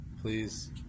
please